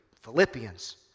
Philippians